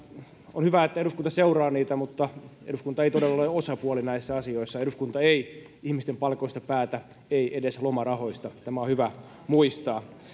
on hyvä että eduskunta seuraa niitä mutta eduskunta ei todella ole osapuoli näissä asioissa eduskunta ei ihmisten palkoista päätä ei edes lomarahoista tämä on hyvä muistaa